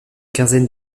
quinzaine